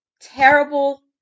terrible